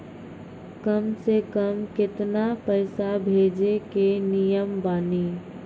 कम से कम केतना पैसा भेजै के नियम बानी?